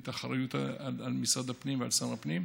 את האחריות על משרד הפנים ועל שר הפנים,